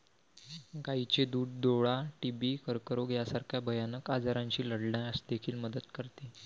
गायीचे दूध डोळा, टीबी, कर्करोग यासारख्या भयानक आजारांशी लढण्यास देखील मदत करते